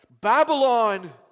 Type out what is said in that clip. Babylon